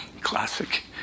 Classic